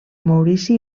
maurici